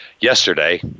yesterday